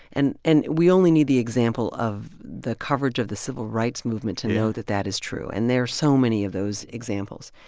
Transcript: and and we only need the example of the coverage of the civil rights movement. yeah. to know that that is true. and there are so many of those examples.